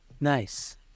Nice